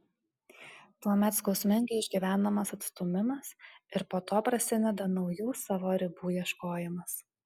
tuomet skausmingai išgyvenamas atstūmimas ir po to prasideda naujų savo ribų ieškojimas